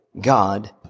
God